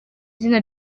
izina